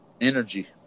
energy